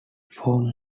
from